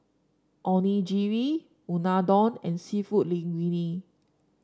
Onigiri Unadon and seafood Linguine